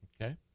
Okay